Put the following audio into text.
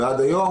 ועד היום,